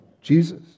Jesus